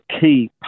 key